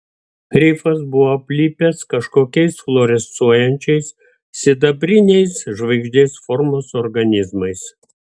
rifas buvo aplipęs kažkokiais fluorescuojančiais sidabriniais žvaigždės formos organizmais